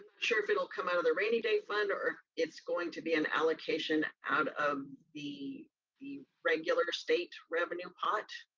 sure if it'll come out of the rainy day fund, or it's going to be an allocation out of the the regular state revenue pot.